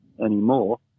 anymore